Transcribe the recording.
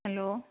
hello